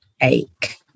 ache